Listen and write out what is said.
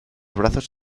brazos